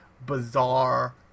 bizarre